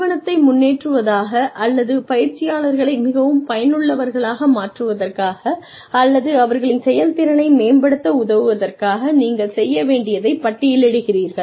நிறுவனத்தை முன்னேற்றுவதாக அல்லது பயிற்சியாளர்களை மிகவும் பயனுள்ளவர்களாக மாற்றுவதற்காக அல்லது அவர்களின் செயல்திறனை மேம்படுத்த உதவுவதற்காக நீங்கள் செய்ய வேண்டியதைப் பட்டியலிடுகிறீர்கள்